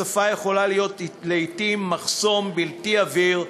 שפה יכולה להיות לעתים מחסום בלתי עביר,